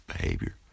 behavior